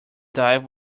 dive